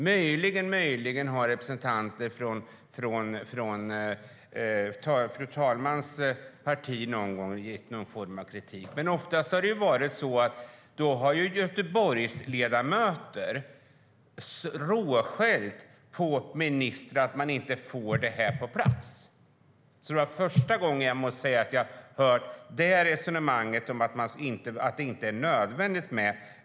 Möjligen har representanter från fru talmans parti någon gång framfört kritik, men oftast har då Göteborgsledamöter råskällt på ministrar om att man inte får detta på plats. Men det är första gången som jag hör detta resonemang om att Västlänken inte är nödvändig.